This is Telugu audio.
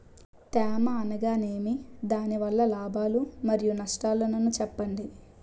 తేమ అనగానేమి? దాని వల్ల లాభాలు మరియు నష్టాలను చెప్పండి?